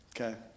okay